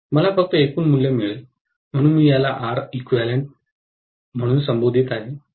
मला फक्त एकूण मूल्य मिळेल म्हणून मी याला Req म्हणून संबोधित आहे